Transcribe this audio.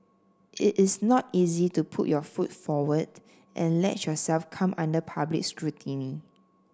it is not easy to put your foot forward and let yourself come under public scrutiny